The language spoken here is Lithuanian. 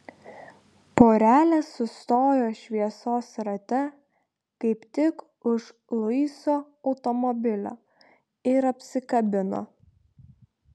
porelė sustojo šviesos rate kaip tik už luiso automobilio ir apsikabino